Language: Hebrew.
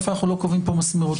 אנחנו לא קובעים פה מסמרות?